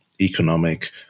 economic